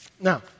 Now